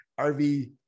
RV